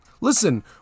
Listen